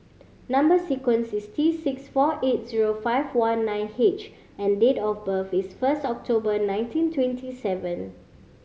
number sequence is T six four eight zero five one nine H and date of birth is first October nineteen twenty seven